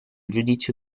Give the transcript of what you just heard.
giudizio